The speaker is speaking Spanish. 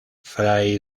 fray